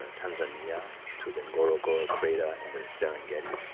ah tanzania, to then ngorongoro crater in the serengeti.